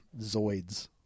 Zoids